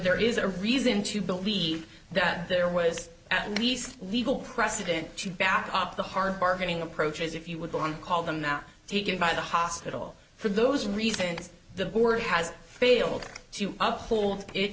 there is a reason to believe that there was at least legal precedent to back up the hard bargaining approaches if you would on call them not to get by the hospital for those reasons the board has failed to up hold it